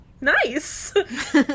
nice